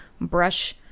brush